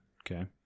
Okay